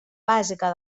bàsica